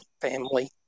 family